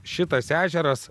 šitas ežeras